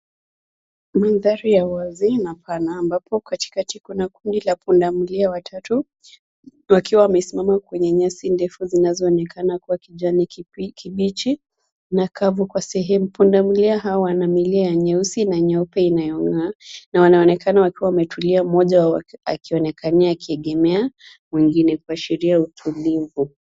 Mandhari ya wazi na pana amabapo katikati kundi kuna punda milia watatu wakiwa wamesimama kwenye nyazi ndefu zinazoonekana kuwa kijani kibichi na kavu kwa sehemu. Punda milia hao wana milia ya nyeusi na nyeupe inayongaa na wanaonekana wakiwa wametulia mmoja akionekania akiegemea mwingine kuashiria utulivu .